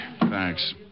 Thanks